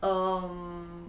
um